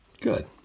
Good